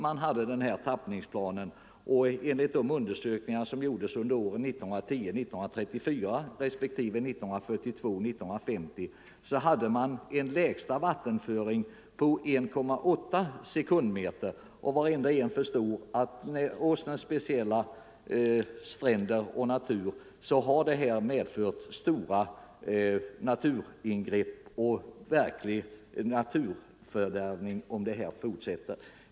Innan denna tappningsplan började tillämpas hade man enligt undersökningar som genomfördes åren 1910-1934 respektive 1942-1950 en minsta vattenföring på 1,8 m'” per sekund. Var och en förstår att den nuvarande vattenföringen med hänsyn till Åsnens speciella stränder och natur får stor inverkan på naturen och leder till verklig naturförstöring om den får fortsätta.